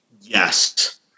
Yes